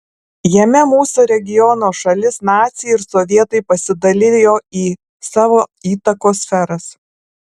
jame mūsų regiono šalis naciai ir sovietai pasidalijo į savo įtakos sferas